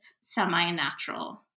semi-natural